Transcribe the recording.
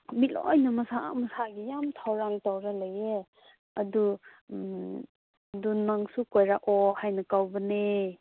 ꯃꯤ ꯂꯣꯏꯅ ꯃꯁꯥ ꯃꯁꯥꯒꯤ ꯌꯥꯝ ꯊꯧꯔꯥꯡ ꯇꯧꯔꯒ ꯂꯩꯌꯦ ꯑꯗꯨ ꯑꯗꯨ ꯅꯪꯁꯨ ꯀꯣꯏꯔꯛꯑꯣ ꯍꯥꯏꯅ ꯀꯧꯕꯅꯦ